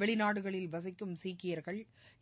வெளிநாடுகளில் வசிக்கும் கீக்கியர்கள்